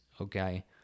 okay